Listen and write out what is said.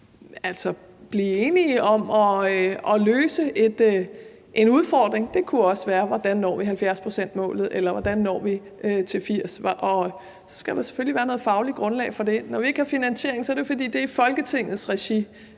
dér blive enig om at løse en udfordring. Det kunne også være, hvordan vi når 70-procentsmålet, eller hvordan vi når til 80 pct. Og så skal der selvfølgelig være et fagligt grundlag for det. Når vi ikke har finansieringen, er det jo, fordi det her er i Folketingets regi